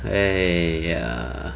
!aiya!